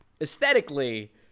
aesthetically